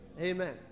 Amen